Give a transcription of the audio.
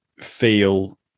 feel